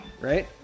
Right